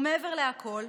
ומעבר לכול,